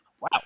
Wow